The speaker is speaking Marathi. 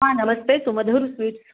हां नमस्ते सुमधुर स्वीट्स